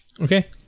Okay